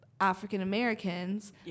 African-Americans